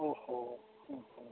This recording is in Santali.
ᱚᱻ ᱦᱚᱸ ᱦᱮᱸ ᱦᱮᱸ